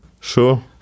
Sure